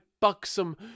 buxom